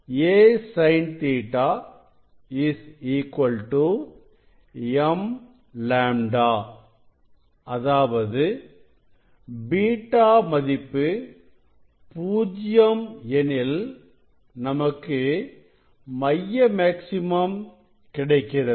a sin Ɵ m λ அதாவது அதாவது β மதிப்பு பூஜ்ஜியம் எனில் நமக்கு மைய மேக்ஸிமம் கிடைக்கிறது